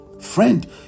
Friend